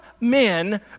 men